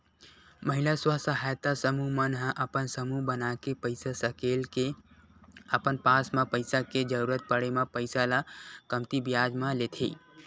महिला स्व सहायता समूह मन ह अपन समूह बनाके पइसा सकेल के अपन आपस म पइसा के जरुरत पड़े म पइसा ल कमती बियाज म लेथे